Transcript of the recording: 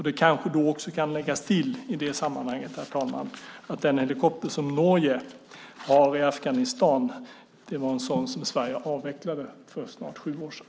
Det kanske kan läggas till i det sammanhanget, herr talman, att den helikopter som Norge har i Afghanistan är en sådan som Sverige avvecklade för snart sju år sedan.